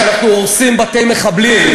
היא באה לידי ביטוי בזה שאנחנו הורסים בתי מחבלים.